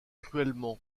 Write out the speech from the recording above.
cruellement